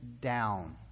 down